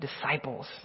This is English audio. disciples